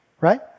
Right